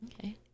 okay